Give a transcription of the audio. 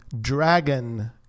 Dragon